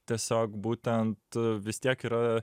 tiesiog būtent vis tiek yra